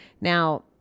Now